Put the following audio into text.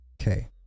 Okay